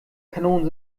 kanonen